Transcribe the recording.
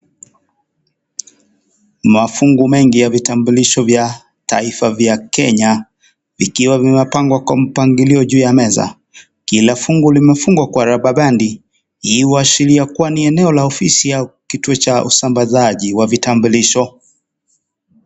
Mafungo mengi ya vitambulisho vya taifa vya kenya vikiwa vimepangwa kwa mpangilio juu ya meza, kila fungu limefungwa kwa rubber bandi iwa shilia kuwa ni eneo la ofisi au kituo cha usambazaji wa vitambulisho.